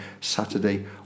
Saturday